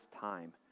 time